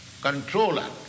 controller